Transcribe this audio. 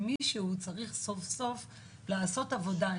ומישהו צריך סוף סוף לעשות עבודה.